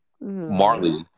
Marley